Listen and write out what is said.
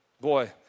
boy